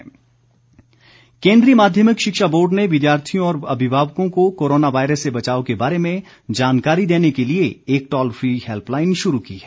helpline केन्द्रीय माध्यमिक शिक्षा बोर्ड ने विद्यार्थियों और अमिभावकों को कोरोना वायरस से बचाव के बारे में जानकारी देने के लिए एक टॉल फ्री हेल्पलाइन शुरू की है